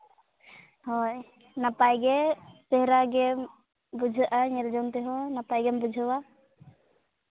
ᱦᱳᱭ ᱱᱟᱯᱟᱭᱜᱮ ᱪᱮᱦᱨᱟ ᱜᱮ ᱵᱩᱡᱷᱟᱹᱜᱼᱟ ᱧᱮᱞ ᱡᱚᱝ ᱛᱮᱦᱚᱸ ᱱᱟᱯᱟᱭ ᱜᱮᱢ ᱵᱩᱡᱷᱟᱹᱣᱟ